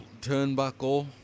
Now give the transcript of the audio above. turnbuckle